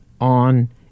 on